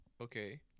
Okay